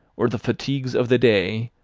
or the fatigues of the day,